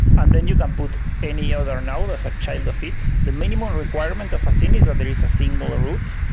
and then you can put any other node as a child feat. the minimum requirement of a scene is that there is a single ah root.